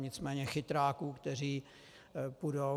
Nicméně chytráků, kteří půjdou...